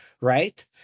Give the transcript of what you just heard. right